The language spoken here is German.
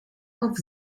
auf